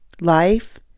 life